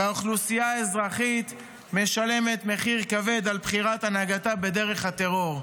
והאוכלוסייה האזרחית משלמת מחיר כבד על בחירת הנהגתה בדרך הטרור,